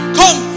come